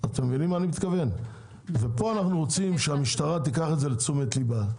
פה אנחנו רוצים שהמשטרה תיקח את זה לתשומת ליבה,